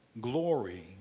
glory